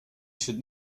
should